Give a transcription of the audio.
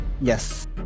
Yes